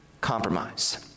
compromise